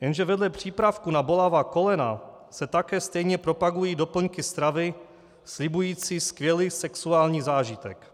Jenže vedle přípravků na bolavá kolena se také stejně propagují doplňky stravy slibující skvělý sexuální zážitek.